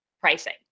pricing